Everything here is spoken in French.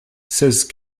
seize